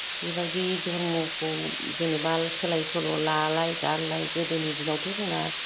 बेबायदि धर्मखौ जेनेबा सोलाय सोल' लालाय गारलाय गोदोनि दिनावथ' जोंना